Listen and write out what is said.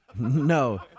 No